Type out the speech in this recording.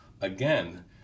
again